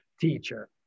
teacher